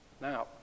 Now